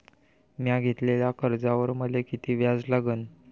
म्या घेतलेल्या कर्जावर मले किती व्याज लागन?